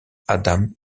adam